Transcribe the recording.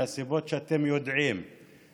מהסיבות שאתם יודעים,